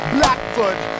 Blackfoot